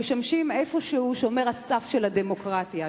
משמשים איפשהו שומר הסף של הדמוקרטיה,